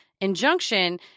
injunction